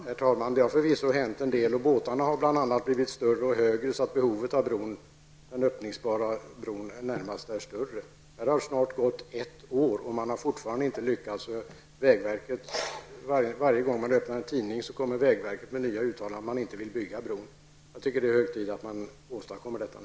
Herr talman! Det har förvisso hänt en del, och båtarna har bl.a. blivit större och högre så att behovet av en öppningsbar bro närmast är större. Det har snart gått ett år sedan broraset, och vägverket har fortfarande inte lyckats komma till en lösning. Varje gång man öppnar en tidning får man läsa om vägverkets nya uttalanden om att det inte vill bygga en bro. Jag tycker att det nu är hög tid.